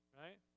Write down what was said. right